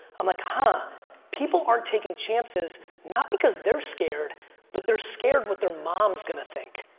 um like huh people aren't taking chances not because they're scared but they're scared was their mom's gonna think.